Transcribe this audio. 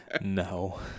No